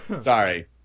Sorry